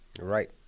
Right